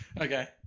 Okay